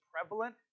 prevalent